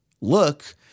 look –